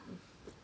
mmhmm